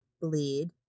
bleed